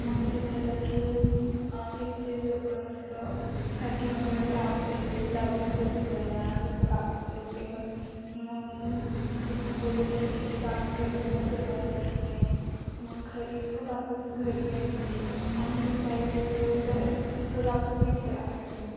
मग ते झालं की तिथचे लोकं मस्त सरकी वगैरे लावते झुला देते त्या झुल्याला तिथं कापूस वेचते मग तिथची पूजा झाली की कापूस वेचायला सुरवात करते मग घरी तो कापूस घरी नेते आणि मग काही दिवसानंतर तो कापूस विकायला काढते